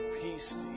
peace